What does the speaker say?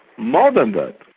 more than that,